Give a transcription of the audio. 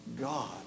God